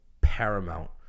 paramount